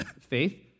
faith